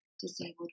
disabled